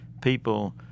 people